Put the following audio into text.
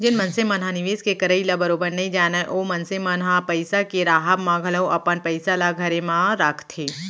जेन मनसे मन ह निवेस के करई ल बरोबर नइ जानय ओ मनसे मन ह पइसा के राहब म घलौ अपन पइसा ल घरे म राखथे